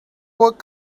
what